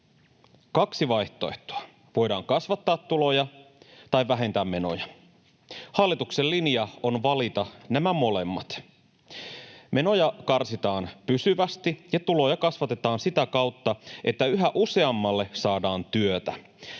kaksi vaihtoehtoa: voidaan kasvattaa tuloja tai vähentää menoja. Hallituksen linja on valita nämä molemmat. Menoja karsitaan pysyvästi, ja tuloja kasvatetaan sitä kautta, että yhä useammalle saadaan työtä.